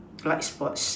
light sports